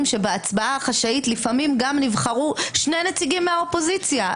שבהצבעה החשאית לפעמים גם נבחרו שני נציגים מהאופוזיציה.